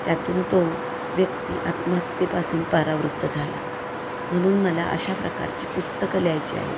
त्यातून तो व्यक्ती आत्महत्येपासून परावृत्त झाला म्हणून मला अशा प्रकारची पुस्तकं लिहायची आहेत